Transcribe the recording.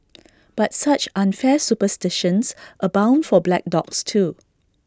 but such unfair superstitions abound for black dogs too